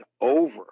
over